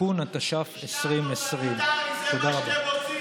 לעבירות